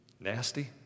nasty